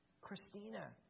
Christina